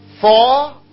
Four